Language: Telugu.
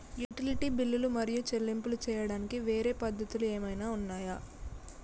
యుటిలిటీ బిల్లులు మరియు చెల్లింపులు చేయడానికి వేరే పద్ధతులు ఏమైనా ఉన్నాయా?